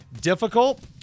difficult